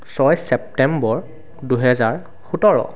ছয় চেপ্টেম্বৰ দুহেজাৰ সোতৰ